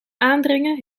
aandringen